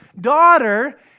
daughter